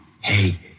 Hey